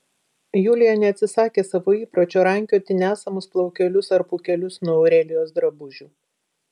julija neatsisakė savo įpročio rankioti nesamus plaukelius ar pūkelius nuo aurelijos drabužių